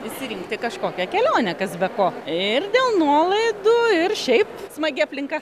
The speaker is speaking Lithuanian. išsirinkti kažkokią kelionę kas be ko ir dėl nuolaidų ir šiaip smagi aplinka